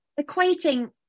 equating